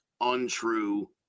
untrue